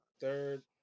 Third